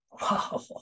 Wow